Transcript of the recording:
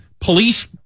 Police